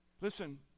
Listen